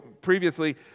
previously